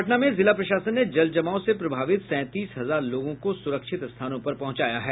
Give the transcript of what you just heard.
पटना में जिला प्रशासन ने जलजमाव से प्रभावित सैंतीस हजार लोगों को सुरक्षित स्थानों पहुंचाया है